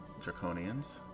draconians